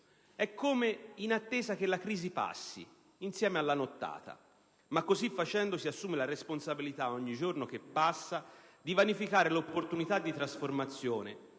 È come in attesa che la crisi passi insieme alla nottata! Ma così facendo si assume la responsabilità, ogni giorno che passa, di vanificare l'opportunità di trasformazione,